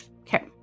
Okay